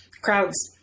crowds